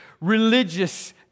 religious